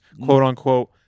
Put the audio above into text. quote-unquote